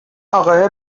اقاهه